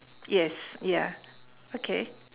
yes ya okay